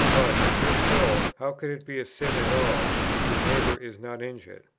but, if so, how can it be a sin at all, if your neighbour is not injured?